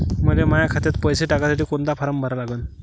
मले माह्या खात्यात पैसे टाकासाठी कोंता फारम भरा लागन?